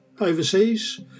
overseas